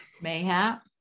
mayhap